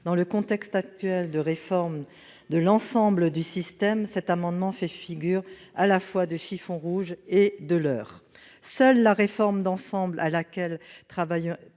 Dans le contexte actuel de réforme de l'ensemble du système, cette proposition fait figure à la fois de chiffon rouge et de leurre. Seule la réforme d'ensemble à laquelle travaillent